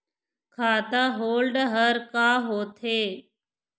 खाता होल्ड हर का होथे?